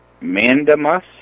mandamus